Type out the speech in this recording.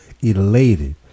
elated